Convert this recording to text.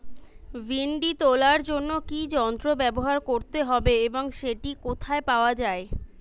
ভিন্ডি তোলার জন্য কি যন্ত্র ব্যবহার করতে হবে এবং সেটি কোথায় পাওয়া যায়?